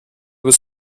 was